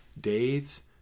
days